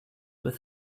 with